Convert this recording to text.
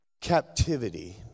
captivity